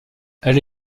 elle